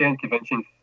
conventions